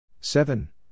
Seven